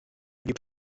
für